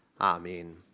Amen